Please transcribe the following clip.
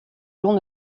long